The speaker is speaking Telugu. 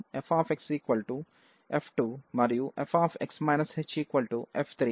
fx h ని f1 అనుకుందాం f f2 మరియు f f3